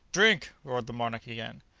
drink! roared the monarch again.